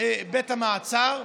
בית המעצר,